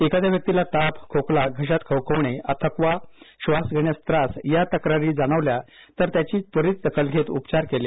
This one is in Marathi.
एखाद्या व्यक्तीला ताप खोकला घशात खवखवणे थकवा श्वास घेण्यास त्रास या तक्रारी जाणवल्या तर त्याची त्वरीत दखल घेत उपचार केले